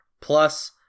plus